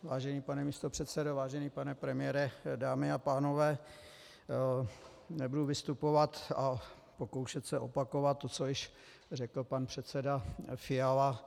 Vážený pane místopředsedo, vážený pane premiére, dámy a pánové, nebudu vystupovat a pokoušet se opakovat to, co již řekl pan předseda Fiala.